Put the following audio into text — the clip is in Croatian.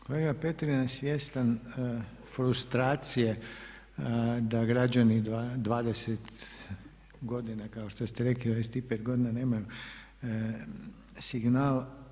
Kolega Petrin je svjestan frustracije da građani 20 godina kao što ste rekli, 25 godina nemaju signal.